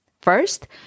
First